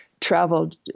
traveled